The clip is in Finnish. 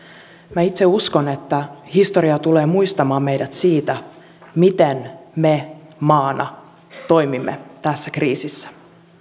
minä itse uskon että historia tulee muistamaan meidät siitä miten me maana toimimme tässä kriisissä